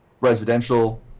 residential